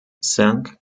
cinq